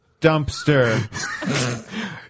dumpster